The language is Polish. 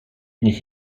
niech